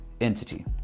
entity